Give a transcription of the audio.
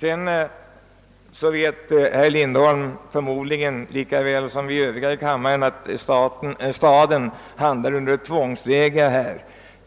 Vidare vet herr Lindholm förmodligen lika väl som vi övriga ledamöter av denna kammare, att staden här handlar i ett tvångsläge.